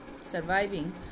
surviving